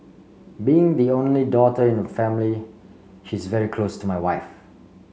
being the only daughter in the family she is very close to my wife